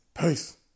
Peace